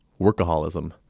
workaholism